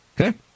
okay